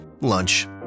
Lunch